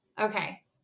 Okay